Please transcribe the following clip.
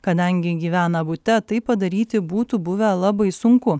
kadangi gyvena bute tai padaryti būtų buvę labai sunku